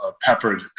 peppered